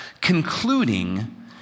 concluding